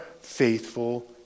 faithful